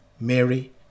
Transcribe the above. Mary